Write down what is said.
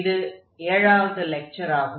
இது ஏழாவது லெக்சர் ஆகும்